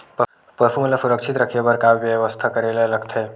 पशु मन ल सुरक्षित रखे बर का बेवस्था करेला लगथे?